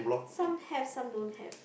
some have some don't have